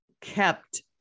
kept